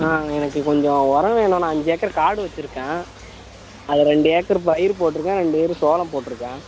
ஆ எனக்கு கொஞ்சம் உரம் வேணும் நான் அஞ்சு ஏக்கர் காடு வச்சுருக்கேன் அதில் ரெண்டு ஏக்கரு பயிர் போட்டிருக்கேன் ரெண்டு ஏக்கரு சோளம் போட்டிருக்கேன்